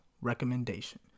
recommendation